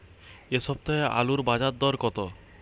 এ সপ্তাহে আলুর বাজার দর কত?